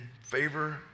favor